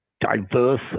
diverse